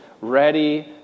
ready